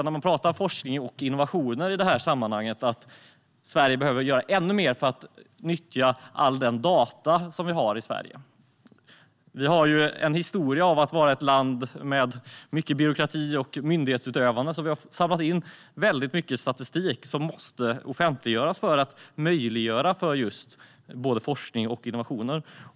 När man pratar om forskning och innovationer i det här sammanhanget är det också viktigt att lyfta fram att Sverige behöver göra ännu mer för att nyttja alla de data vi har i Sverige. Vi har en historia av att vara ett land med mycket byråkrati och myndighetsutövande. Vi har samlat in väldigt mycket statistik som måste offentliggöras för att möjliggöra för både forskning och innovationer.